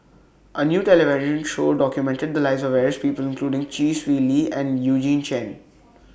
A New television Show documented The Lives of various People including Chee Swee Lee and Eugene Chen